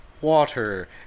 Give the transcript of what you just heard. water